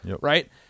Right